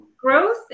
growth